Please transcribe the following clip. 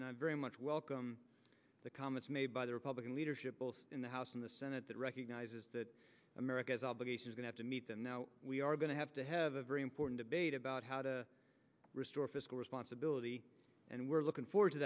and i very much welcome the comments made by the republican leadership both in the house and the senate that recognizes that america's obligation is going to meet and now we are going to have to have a very important debate about how to restore fiscal responsibility and we're looking forward to